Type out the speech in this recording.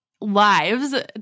lives